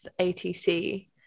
atc